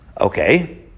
Okay